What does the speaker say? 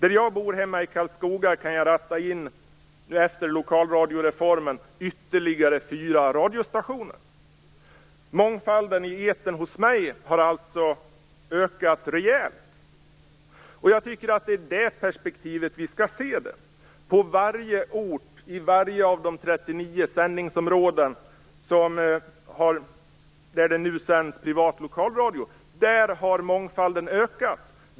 I Karlskoga, där jag bor, kan jag efter lokalradioreformen ratta in ytterligare fyra radiostationer. Mångfalden i etern hos mig har alltså ökat rejält. Det är i det perspektivet vi skall se det. På varje ort i vart och ett de 39 sändningsområden där det nu sänds privat lokalradio har mångfalden ökat.